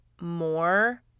more